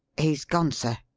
he's gone, sir.